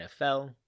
NFL